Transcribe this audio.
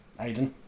Aiden